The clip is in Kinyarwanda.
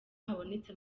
habonetse